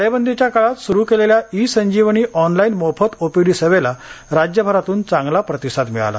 टाळेबंदीच्या काळात सुरू केलेल्या ई संजीवनी ऑनलाइन मोफत ओपीडी सेवेला राज्यभरातून चांगला प्रतिसाद मिळाला